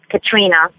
Katrina